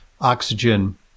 oxygen